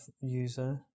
user